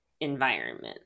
environment